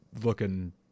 looking